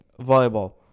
volleyball